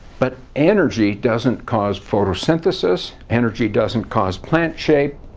but energy doesn't cause photosynthesis. energy doesn't cause plant shape.